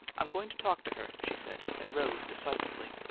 i'm going to talk to her, she said, and rose decisively.